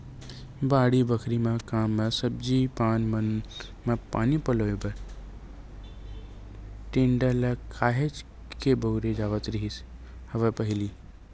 बाड़ी बखरी के काम म सब्जी पान मन म पानी पलोय बर टेंड़ा ल काहेच के बउरे जावत रिहिस हवय पहिली